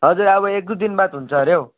हजुर अब एक दुई दिनबाद हुन्छ हरे हौ